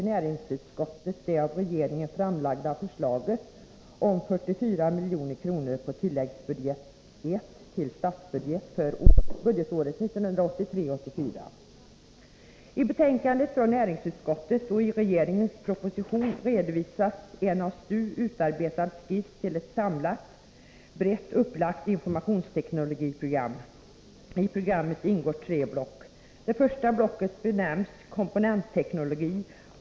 Näringsutskottet tillstyrker det av regering I betänkandet från näringsutskottet och i regeringens proposition redovisas en av STU utarbetad skiss till ett samlat, brett upplagt informationsteknologiprogram. I programmet ingår tre block. Det första blocket benämns Komponentteknologi.